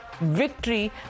victory